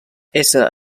esser